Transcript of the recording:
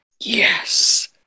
Yes